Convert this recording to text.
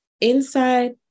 Inside